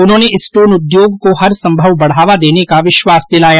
उन्होंने स्टोन उद्योग को हर संभव बढ़ावा देने का विश्वास दिलाया